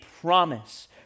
promise